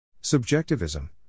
Subjectivism